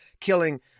killing